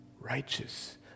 righteous